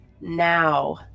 now